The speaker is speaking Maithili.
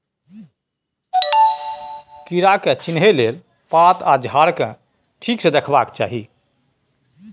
कीड़ा के चिन्हे लेल पात आ झाड़ केँ ठीक सँ देखबाक चाहीं